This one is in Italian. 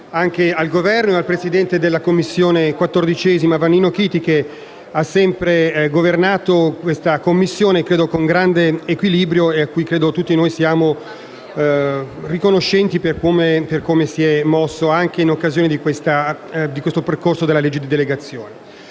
anche il Governo e il presidente della Commissione 14a Vannino Chiti, che ha sempre governato questa Commissione con grande equilibrio e cui tutti noi siamo riconoscenti per come si è mosso anche in occasione di questo percorso della legge di delegazione.